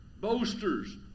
boasters